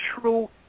true